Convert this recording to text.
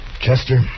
Chester